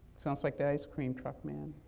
sounds like the ice cream truck man.